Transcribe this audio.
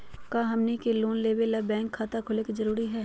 का हमनी के लोन लेबे ला बैंक खाता खोलबे जरुरी हई?